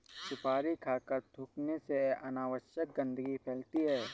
सुपारी खाकर थूखने से अनावश्यक गंदगी फैलती है